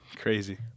Crazy